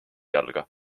jalga